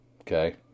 okay